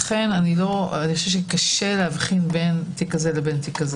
לכן קשה להבחין בין תיק כזה לאחר.